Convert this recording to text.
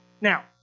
Now